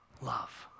love